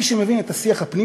מי שמבין את השיח הפנים-דתי,